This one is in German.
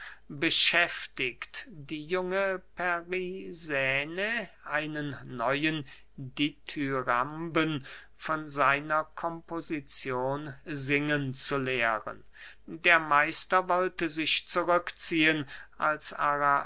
beschäftigt die junge perisäne einen neuen dithyramben von seiner komposizion singen zu lehren der meister wollte sich zurück ziehen als